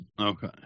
Okay